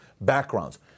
backgrounds